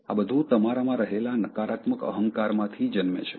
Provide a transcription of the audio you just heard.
આ બધુ તમારામાં રહેલા નકારાત્મક અહંકારમાંથી જન્મે છે